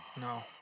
No